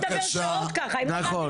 אנחנו יכולים לדבר שעות ככה,